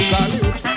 Salute